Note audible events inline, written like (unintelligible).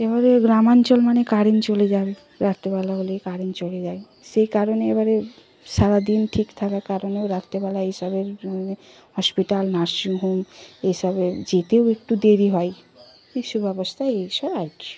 এবারে গ্রামাঞ্চল মানে কারেন্ট চলে যাবে রাত্রেবেলা হলেই কারেন্ট চলে যায় সেই কারণে এবারে সারা দিন ঠিক থাকার কারণেও রাত্রেবেলা এই সবের (unintelligible) হসপিটাল নার্সিং হোম এই সবে যেতেও একটু দেরি হয় এই সুব্যবস্থা এই সব আর কি